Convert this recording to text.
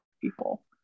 people